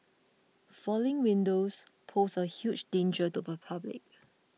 falling windows pose a huge danger to the public